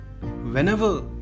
whenever